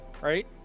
right